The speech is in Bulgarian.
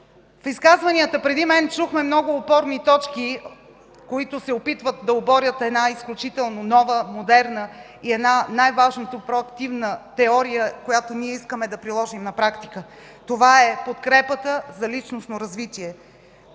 В изказванията преди мен чухме много опорни точки, които се опитват да оборят една изключително нова, модерна и най-важното – проактивна теория, която искаме да приложим на практика. Това е подкрепата за личностно развитие.